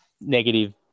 negative